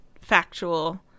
factual